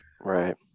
Right